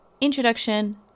introduction